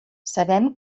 sabem